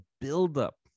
buildup